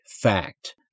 fact